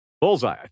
Bullseye